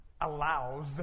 allows